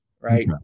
right